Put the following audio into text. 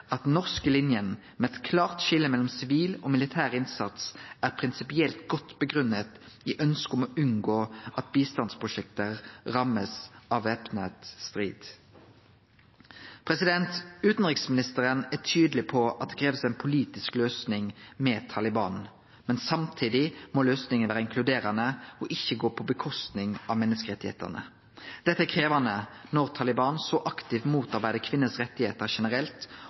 norske linjen med et klart skille mellom sivil og militær innsats er prinsipielt godt begrunnet i ønsket om å unngå at bistandsprosjekter rammes av væpnet strid.» Utanriksministeren er tydeleg på at det krevst ei politisk løysing med Taliban, men samtidig må løysinga vere inkluderande og ikkje vere få følgjer for menneskerettane. Dette er krevjande når Taliban så aktivt motarbeider kvinners rettar generelt